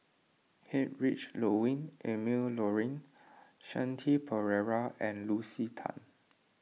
Heinrich Ludwig Emil Luering Shanti Pereira and Lucy Tan